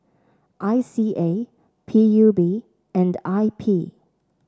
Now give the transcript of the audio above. I C A P U B and I P